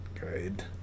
good